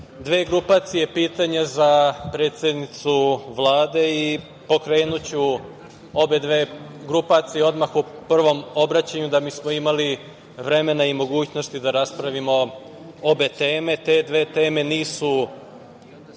dve grupacije pitanja za predsednicu Vlade i pokrenuću obe dve grupacije odmah u prvom obraćanju da bismo imali vremena i mogućnosti da raspravimo obe teme. Te dve teme nisu